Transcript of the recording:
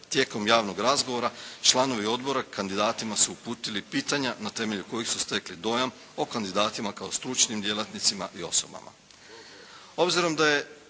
Tijekom javnog razgovora članovi odbora kandidatima su uputili pitanja na temelju kojih su stekli dojam o kandidatima kao stručnim djelatnicima i osobama.